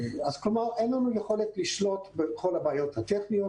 אין לנו יכולת לשלוט בכל הבעיות הטכניות.